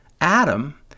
Adam